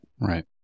Right